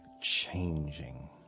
Changing